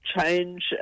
change